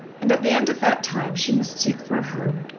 and at the end of that time she must seek for a home.